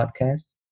podcast